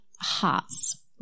hearts